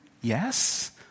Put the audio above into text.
yes